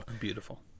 beautiful